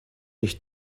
nicht